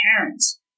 parents